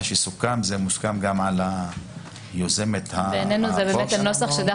מה שסוכם, זה מוסכם גם על היוזמת של החוק.